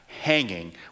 hanging